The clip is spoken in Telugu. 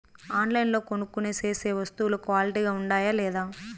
ఆన్లైన్లో కొనుక్కొనే సేసే వస్తువులు క్వాలిటీ గా ఉండాయా లేదా?